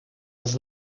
els